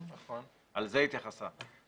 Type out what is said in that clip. לזה היא התייחסה.